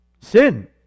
Sin